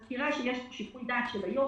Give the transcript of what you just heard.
יש שיקול דעת של היו"ר.